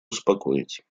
успокоить